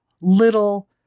little